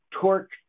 torque